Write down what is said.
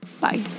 Bye